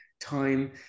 time